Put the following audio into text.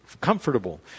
comfortable